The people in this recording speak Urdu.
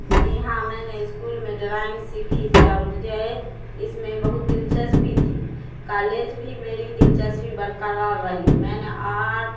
جی ہاں میں نے اسکول میں ڈرائنگ سیکھی تھی اور مجھے اس میں بہت دلچسپی تھی کالج بھی میری دلچسپی برقرار رہی میں نے آرٹ